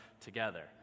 together